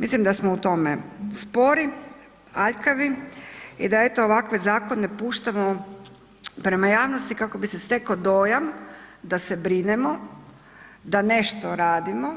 Mislim da smo u tome spori, aljkavi i da eto ovakve zakone puštamo prema javnosti kako bi se stekao dojam da se brinemo, da nešto radimo